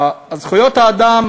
זכויות האדם